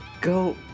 Go